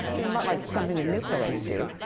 this is not, like, something that new playwrights do.